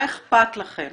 מה אכפת לכם